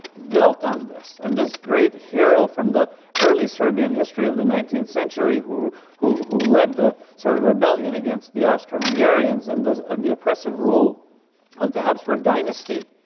built on this and this great hero from the early serbian history of the nineteenth century who who led the, sort of rebellion against the austrian-hungarians and the and the oppressive rule of the hapsburg dynasty.